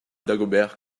dagobert